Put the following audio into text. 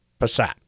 Passat